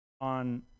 on